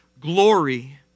glory